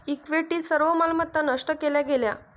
equity सर्व मालमत्ता नष्ट केल्या गेल्या